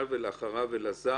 אדוני היושב-ראש.